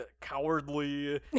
cowardly